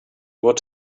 what